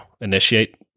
initiate